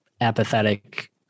apathetic